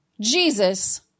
Jesus